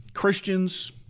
Christians